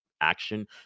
action